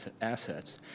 assets